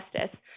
justice